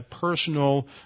personal